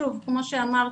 כמו שאמרתי,